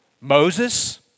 Moses